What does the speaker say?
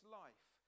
life